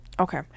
Okay